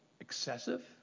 excessive